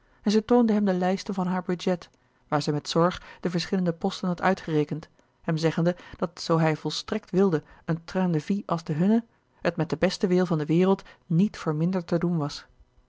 en zij toonde hem de lijsten van haar budget waar zij met zorg de verschillende posten had uitgerekend hem zeggende dat zoo hij volstrekt louis couperus de boeken der kleine zielen wilde een train de vie als de hunne het met den besten wil van de wereld niet voor minder te doen was